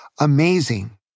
Amazing